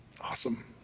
Awesome